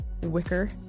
Wicker